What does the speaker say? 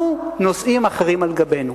אנחנו נושאים אחרים על גבנו.